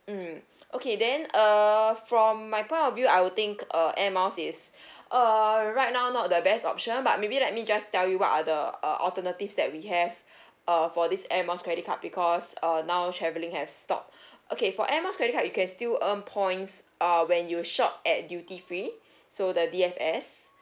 mm okay then uh from my point of view I will think uh air miles is err right now not the best option but maybe let me just tell you what other uh alternatives that we have uh for this air miles credit card because uh now travelling have stopped okay for air miles credit card you can still earn points uh when you shop at duty free so the D_F_S